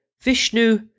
Vishnu